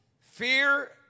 Fear